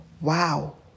wow